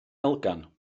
elgan